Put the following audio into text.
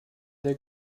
der